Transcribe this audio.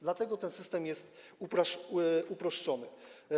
Dlatego ten system jest uproszczony.